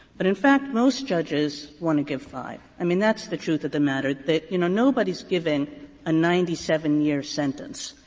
but in fact most judges want to give five. i mean, that's the truth of the matter, that, you know, nobody's given a ninety seven year sentence.